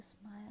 smile